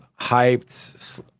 hyped